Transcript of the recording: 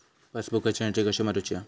पासबुकाची एन्ट्री कशी मारुची हा?